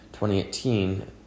2018